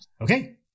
Okay